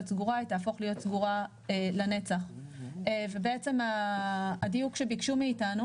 סגורה היא תהפוך להיות סגורה לנצח ובעצם הדיוק שביקשו מאיתנו